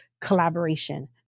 collaboration